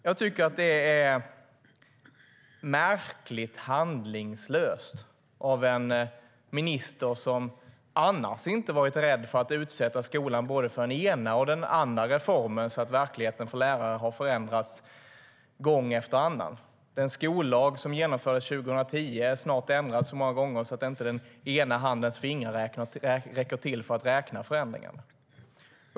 Jag tycker att det är märkligt handlingslöst av en minister som annars inte har varit rädd att utsätta skolan för både den ena och den andra reformen så att verkligheten för lärare har förändrats gång efter annan. Den skollag som genomfördes 2010 är snart ändrad så många gånger att den ena handens fingrar inte räcker till för att räkna förändringarna.